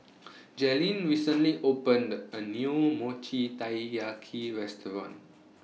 Jalyn recently opened A New Mochi Taiyaki Restaurant